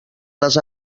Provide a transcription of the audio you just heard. les